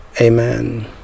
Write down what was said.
Amen